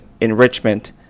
enrichment